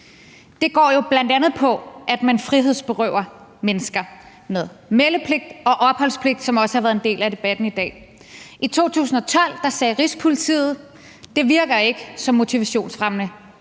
Det går jo bl.a. ud på, at man frihedsberøver mennesker med meldepligt og opholdspligt, hvilket også har været en del af debatten i dag. I 2012 sagde Rigspolitiet: Det virker ikke som motivationsfremmende